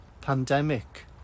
pandemic